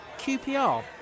QPR